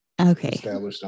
Okay